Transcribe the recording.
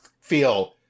feel